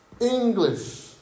English